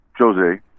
jose